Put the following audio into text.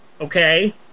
Okay